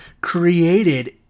created